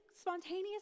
spontaneous